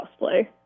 cosplay